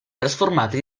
trasformata